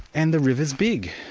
and the river's big.